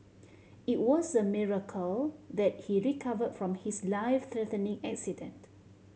it was a miracle that he recovered from his life threatening accident